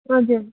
हजुर